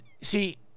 see